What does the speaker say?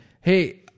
Hey